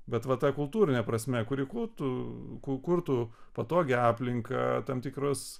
bet va ta kultūrine prasme kuri kurtų kurtų patogią aplinką tam tikras